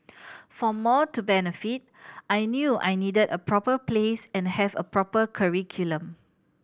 for more to benefit I knew I needed a proper place and have a proper curriculum